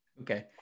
Okay